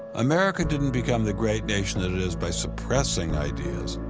america didn't become the great nation that it is by suppressing ideas.